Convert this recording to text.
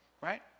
right